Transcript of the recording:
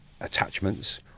attachments